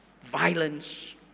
Violence